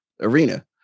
arena